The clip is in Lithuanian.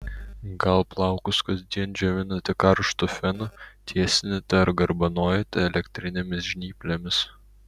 gal plaukus kasdien džiovinate karštu fenu tiesinate ar garbanojate elektrinėmis žnyplėmis